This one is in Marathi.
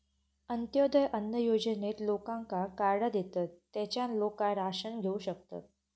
अंत्योदय अन्न योजनेत लोकांका कार्डा देतत, तेच्यान लोका राशन घेऊ शकतत